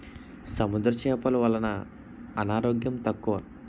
సముద్ర చేపలు వలన అనారోగ్యం తక్కువ